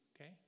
Okay